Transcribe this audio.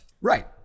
Right